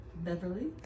Beverly